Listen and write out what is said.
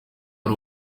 ari